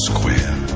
Square